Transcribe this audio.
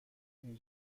این